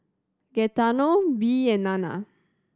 Gaetano Bee and Nana